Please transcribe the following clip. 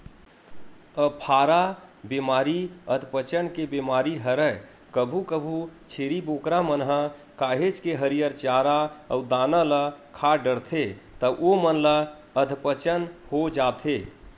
अफारा बेमारी अधपचन के बेमारी हरय कभू कभू छेरी बोकरा मन ह काहेच के हरियर चारा अउ दाना ल खा डरथे त ओमन ल अधपचन हो जाथे